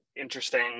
interesting